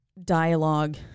dialogue